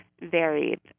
varied